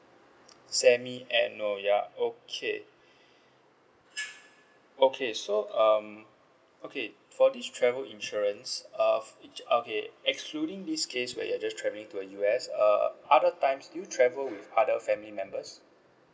semi annual ya okay okay so um okay for this travel insurance err each of it excluding this case where you're just travelling to U_S uh other times do you travel with other family members